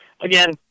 again